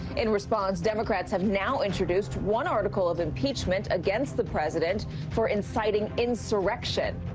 in response, democrats have now introduced one article of impeachment against the president for inciting insurrection.